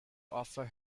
offer